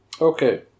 Okay